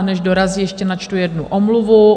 Než dorazí, ještě načtu jednu omluvu.